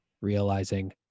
realizing